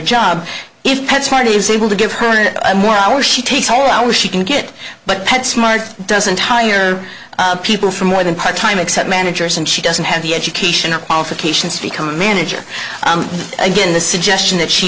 job if pets marty is able to give her more hour she takes all hour she can get but pet smart doesn't hire people for more than part time except managers and she doesn't have the education or qualifications to become a manager again the suggestion that she